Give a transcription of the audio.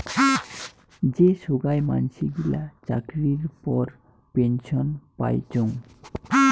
যে সোগায় মানসি গিলা চাকরির পর পেনসন পাইচুঙ